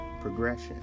progression